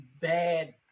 bad